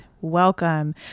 welcome